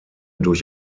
durch